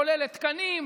כוללת תקנים,